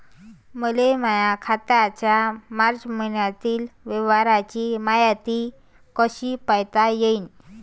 मले माया खात्याच्या मार्च मईन्यातील व्यवहाराची मायती कशी पायता येईन?